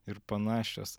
ir panašios